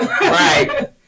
Right